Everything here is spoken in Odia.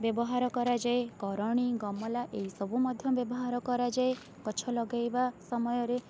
ବ୍ୟବହାର କରାଯାଏ କରଣୀ ଗମ୍ଲା ଏହି ସବୁ ମଧ୍ୟ ବ୍ୟବହାର କରାଯାଏ ଗଛ ଲଗାଇବା ସମୟରେ